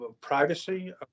privacy